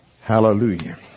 Hallelujah